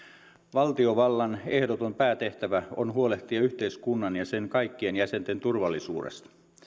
valtiovallan ehdoton päätehtävä on huolehtia yhteiskunnan ja sen kaikkien jäsenten turvallisuudesta